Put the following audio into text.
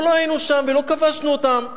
אנחנו לא היינו שם ולא כבשנו אותם.